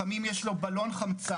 לפעמים יש לו בלון חמצן,